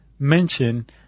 mention